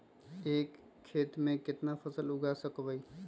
एक खेत मे केतना फसल उगाय सकबै?